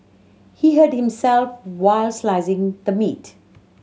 he hurt himself while slicing the meat